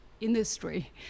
industry